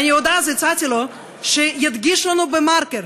ואני עוד הצעתי לו אז שידגיש לנו במרקר